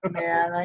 man